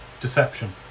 deception